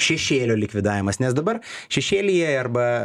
šešėlio likvidavimas nes dabar šešėlyje arba